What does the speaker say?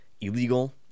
illegal